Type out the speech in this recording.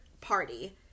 party